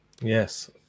Yes